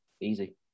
easy